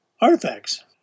artifacts